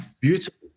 Beautiful